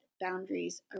boundaries